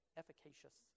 efficacious